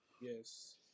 Yes